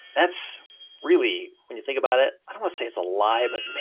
that's really, when you think about it, i don't wanna say it's a lie but,